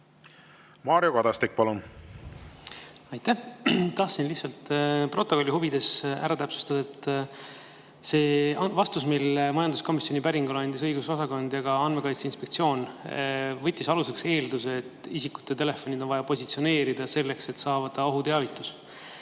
ettepanekutega. Aitäh! Tahtsin lihtsalt protokolli huvides täpsustada. See vastus, mille majanduskomisjoni päringule andsid õigusosakond ja Andmekaitse Inspektsioon, võttis aluseks eelduse, et isikute telefonid on vaja positsioneerida, selleks et saata ohuteavitust.